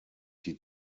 die